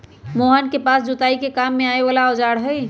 मोहन के पास जोताई के काम में आवे वाला औजार हई